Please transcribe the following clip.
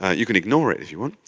ah you can ignore it if you want.